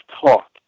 talk